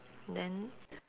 then